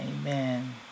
Amen